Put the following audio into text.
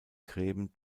gräben